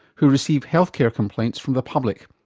who receive health care complaints from the public,